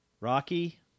Rocky